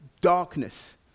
darkness